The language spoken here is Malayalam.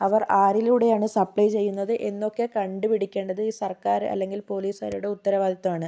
അവർ ആരിലൂടെയാണോ സപ്ലൈ ചെയ്യുന്നത് എന്നൊക്കെ കണ്ടുപിടിക്കേണ്ടത് സർക്കാർ അല്ലെങ്കിൽ പോലീസുകാരുടെ ഉത്തരവദിത്തമാണ്